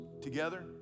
together